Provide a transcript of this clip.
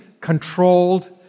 controlled